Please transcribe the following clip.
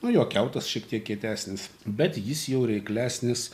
nu jo kiautas šiek tiek kietesnis bet jis jau reiklesnis